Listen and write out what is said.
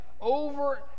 over